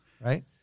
Right